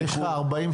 אני לא בא להביע עמדה,